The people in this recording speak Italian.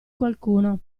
qualcuno